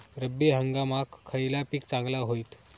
रब्बी हंगामाक खयला पीक चांगला होईत?